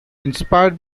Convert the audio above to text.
inspired